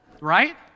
Right